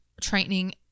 training